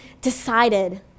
decided